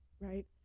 right